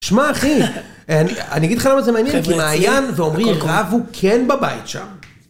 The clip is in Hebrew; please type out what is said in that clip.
שמע אחי, אני אגיד לך למה זה מעניין, כי מעיין ועומרי רבו כן בבית שם.